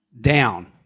down